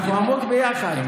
אנחנו עמוק ביחד.